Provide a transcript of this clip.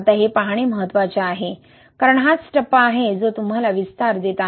आता हे पाहणे महत्त्वाचे आहे कारण हाच टप्पा आहे जो तुम्हाला विस्तार देत आहे